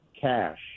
cash